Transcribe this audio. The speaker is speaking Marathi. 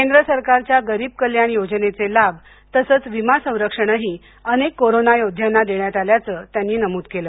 केंद्र सरकारच्या गरीब कल्याण योजनेचे लाभ तसंच विमा संरक्षणही अनेक कोरोना योद्ध्यांना देण्यात आल्याचं त्यांनी नमूद केल